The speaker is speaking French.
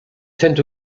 saint